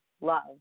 love